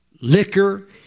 liquor